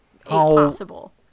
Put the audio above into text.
impossible